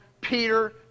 Peter